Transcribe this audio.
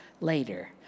later